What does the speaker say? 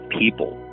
people